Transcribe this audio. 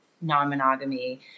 non-monogamy